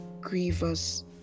grievous